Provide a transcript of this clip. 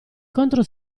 contro